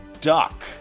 Duck